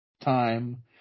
Time